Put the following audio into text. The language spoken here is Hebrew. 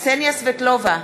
קסניה סבטלובה,